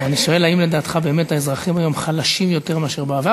אני שואל: האם לדעתך באמת האזרחים היום חלשים יותר מאשר בעבר,